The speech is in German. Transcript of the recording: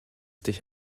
dich